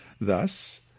Thus